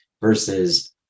versus